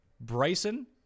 Bryson